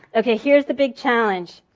okay, here's the big challenge.